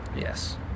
Yes